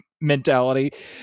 mentality